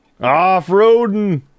off-roading